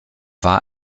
war